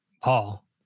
Paul